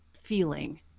feeling